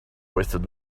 wasted